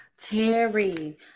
Terry